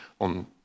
on